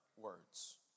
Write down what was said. words